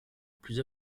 plus